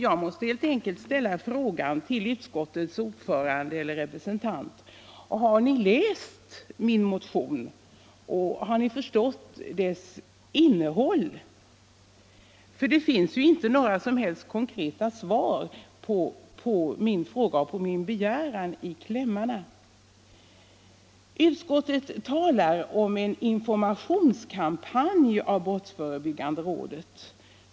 Jag måste helt enkelt ställa frågan Brottsförebyggande till utskottets ordförande eller representant: Har ni läst min motion, och = rådet har ni förstått dess innehåll? Det finns ju inte några som helst konkreta svar på min fråga och på min begäran i klämmarna. Utskottet talar om en informationskampanj av brottsförebyggande rådet.